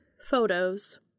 photos